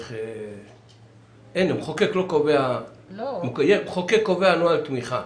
המחוקק קובע נוהל תמיכה.